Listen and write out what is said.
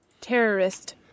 terrorist